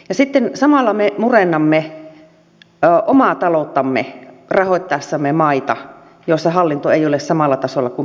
ja sitten samalla me murennamme omaa talouttamme rahoittaessamme maita joissa hallinto ei ole samalla tasolla kuin pohjoismaissa